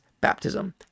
baptism